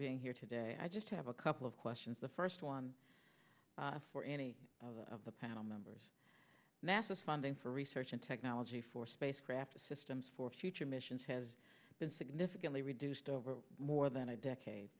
being here today i just have a couple of questions the first one for any of the panel members nasa funding for research and technology for space craft systems for future missions has been significantly reduced over more than a decade